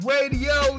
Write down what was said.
Radio